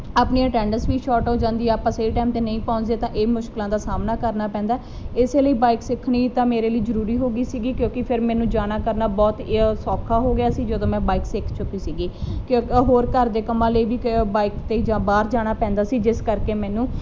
ਆਪਣੀ ਅਟੈਂਡਸ ਵੀ ਸ਼ੋਟ ਹੋ ਜਾਂਦੀ ਆਪਾਂ ਸਹੀ ਟਾਈਮ ਤੇ ਨਹੀਂ ਪਹੁੰਚਦੇ ਤਾਂ ਇਹ ਮੁਸ਼ਕਿਲਾਂ ਦਾ ਸਾਹਮਣਾ ਕਰਨਾ ਪੈਂਦਾ ਇਸੇ ਲਈ ਬਾਈਕ ਸਿੱਖਣੀ ਤਾਂ ਮੇਰੇ ਲਈ ਜਰੂਰੀ ਹੋ ਗਈ ਸੀ ਕਿਉਂਕਿ ਫਿਰ ਮੈਨੂੰ ਜਾਣਾ ਕਰਨਾ ਬਹੁਤ ਏ ਸੌਖਾ ਹੋ ਗਿਆ ਸੀ ਜਦੋਂ ਮੈਂ ਬਾਈਕ ਸਿੱਖ ਚੁੱਕੀ ਸੀ ਤੇ ਹੋਰ ਘਰ ਦੇ ਕੰਮਾਂ ਲਈ ਵੀ ਬਾਈਕ ਤੇ ਜਾਂ ਬਾਹਰ ਜਾਣਾ ਪੈਂਦਾ ਸੀ ਜਿਸ ਕਰਕੇ ਮੈਨੂੰ